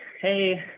hey